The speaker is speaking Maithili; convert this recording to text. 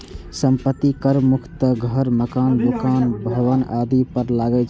संपत्ति कर मुख्यतः घर, मकान, दुकान, भवन आदि पर लागै छै